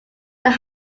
that